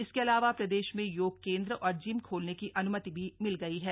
इसके अलावा प्रदेश में योग केंद्र और जिम खोलने की अनुमति भी मिल गई है